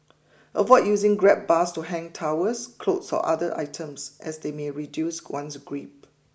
avoid using grab bars to hang towels clothes or other items as they may reduce one's grip